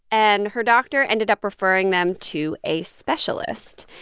and her doctor ended up referring them to a specialist.